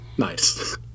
nice